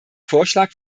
vorschlag